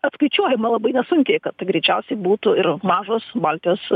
apskaičiuojama labai nesunkiai kad greičiausiai būtų ir mažos baltijos